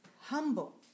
humble